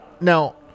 Now